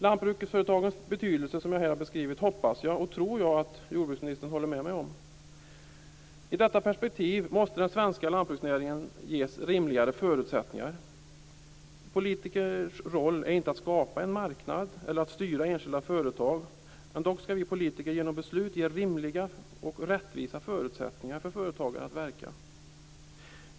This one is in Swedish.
Lantbruksföretagens betydelse, som jag här har beskrivit, hoppas jag och tror att jordbruksministern håller med mig om. I detta perspektiv måste den svenska lantbruksnäringen ges rimligare förutsättningar. Politikers roll är inte att skapa en marknad eller att styra enskilda företag. Men dock skall vi politiker genom beslut ge rimliga och rättvisa förutsättningar för företagen att verka.